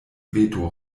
veto